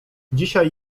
dzisiaj